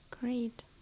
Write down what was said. great